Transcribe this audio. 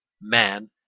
Man